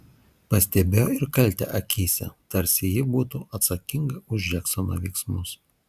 pastebėjo ir kaltę akyse tarsi ji būtų atsakinga už džeksono veiksmus